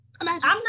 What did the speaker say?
Imagine